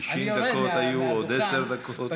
90 דקות היו, ועוד 10 דקות.